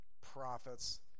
prophets